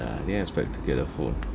ya I didn't expect to get a phone